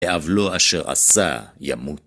בְּעַוְלוֹ אֲשֶׁר-עָשָׂה, יָמוּת.